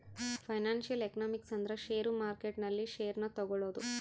financial economics ಅಂದ್ರ share market ನಲ್ಲಿ share ನ ತಗೋಳೋದು